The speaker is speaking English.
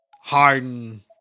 Harden